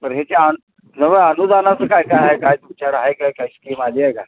बरं ह्याच्या आणि नव्हे अनुदानाचं काय काय काय तुमच्याकडे आहे काय स्कीम आली आहे का